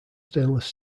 stainless